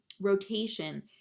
rotation